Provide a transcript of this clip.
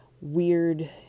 weird